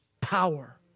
power